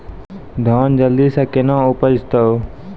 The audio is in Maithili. धान जल्दी से के ना उपज तो?